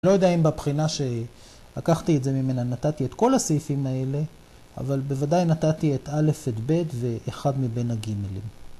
אני לא יודע אם בבחינה שלקחתי את זה ממנה נתתי את כל הסעיפים האלה, אבל בוודאי נתתי את א', את ב' ואחד מבין הגימלים.